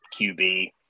QB